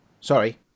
sorry